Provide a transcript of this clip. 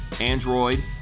android